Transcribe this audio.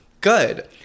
Good